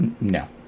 No